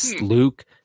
Luke